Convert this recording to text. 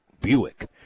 Buick